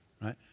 right